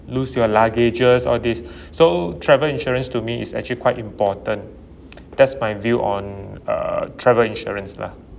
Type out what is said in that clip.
lost your luggages all these so travel insurance to me is actually quite important that's my view on uh travel insurance lah